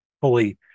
fully